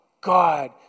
God